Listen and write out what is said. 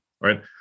right